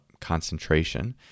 concentration